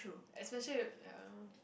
especially ya